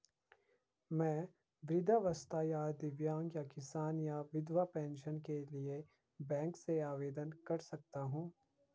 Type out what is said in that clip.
मैं वृद्धावस्था या दिव्यांग या किसान या विधवा पेंशन के लिए बैंक से आवेदन कर सकता हूँ?